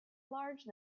large